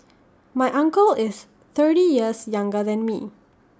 my uncle is thirty years younger than me